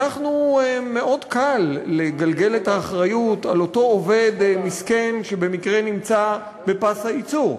מאוד קל לגלגל את האחריות על אותו עובד מסכן שבמקרה נמצא בפס הייצור.